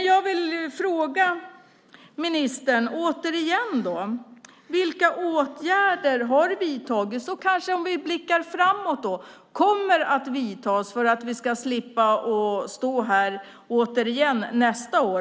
Jag vill återigen fråga ministern vilka åtgärder som har vidtagits och vilka åtgärder som, om vi blickar framåt, kommer att vidtas så att vi slipper stå här och debattera samma sak nästa år.